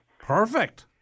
Perfect